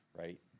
right